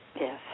Yes